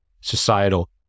societal